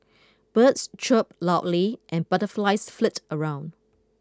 birds chirp loudly and butterflies flit around